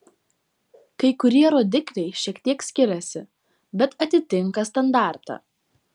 kai kurie rodikliai šiek tiek skiriasi bet atitinka standartą